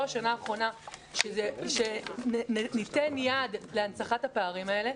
השנה האחרונה שניתן יד להנצחת הפערים האלה.